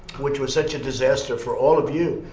which was such a disaster for all of you.